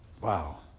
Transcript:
Wow